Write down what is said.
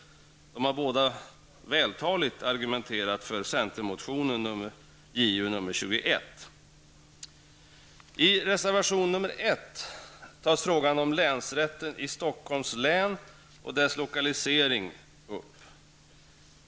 De har båda vältaligt argumenterat för centermotionen, Ju21. Stockholms län och dess lokalisering.